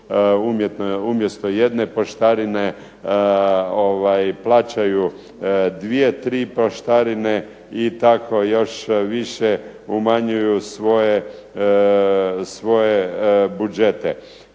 umjesto jedne poštarine plaćaju dvije, tri poštarine i tako još više umanjuju svoje budžete.